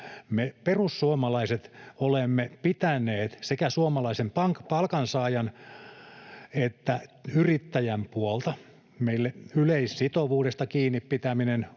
Me perussuomalaiset olemme pitäneet sekä suomalaisen palkansaajan että yrittäjän puolta. Meille yleissitovuudesta kiinni pitäminen